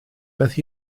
beth